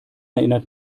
erinnert